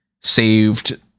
saved